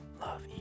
Love